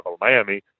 Miami